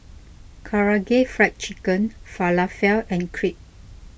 Karaage Fried Chicken Falafel and Crepe